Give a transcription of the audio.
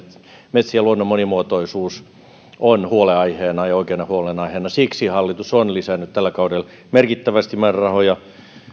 metsien luonnon monimuotoisuus on huolenaiheena ja oikeana huolenaiheena siksi hallitus on lisännyt tällä kaudella merkittävästi määrärahoja